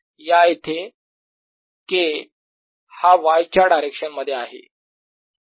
या इथे K हा y च्या डायरेक्शन मध्ये आहे